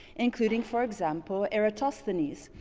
including, for example, eratosthenes.